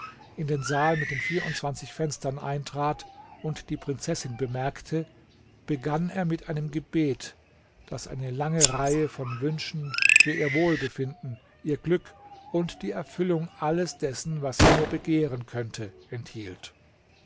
in den saal mit den vierundzwanzig fenstern eintrat und die prinzessin bemerkte begann er mit einem gebet das eine lange reihe von wünschen für ihr wohlbefinden ihr glück und die erfüllung alles dessen was sie nur begehren könnte enthielt